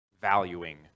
valuing